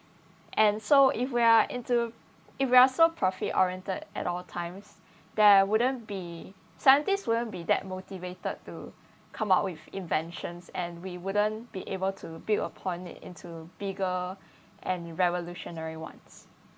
and so if we are into if we are so profit oriented at all times there wouldn't be scientists wouldn't be that motivated to come up with inventions and we wouldn't be able to build upon it into bigger and revolutionary once